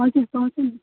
हजुर पाउँछ नि